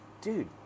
dude